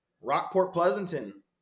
Rockport-Pleasanton